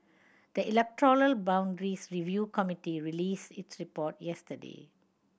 the electoral boundaries review committee released its report yesterday